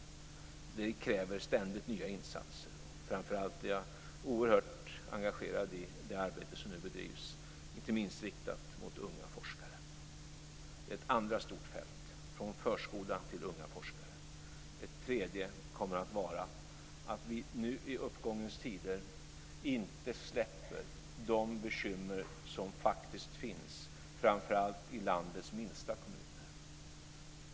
Det kräver ständigt nya insatser. Jag är oerhört engagerad i det arbete som bedrivs inte minst riktat mot unga forskare. Det är det andra stora fältet, från förskola till unga forskare. Det tredje är att vi nu i uppgångens tider inte kommer att släppa de bekymmer som faktiskt finns, framför allt i landets minsta kommuner.